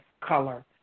color